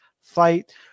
fight